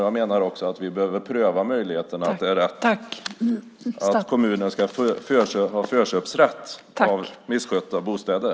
Jag menar att vi måste pröva möjligheten att kommunen ska ha förköpsrätt av misskötta bostäder.